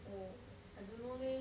oh I don't know leh